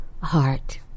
Heart